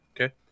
Okay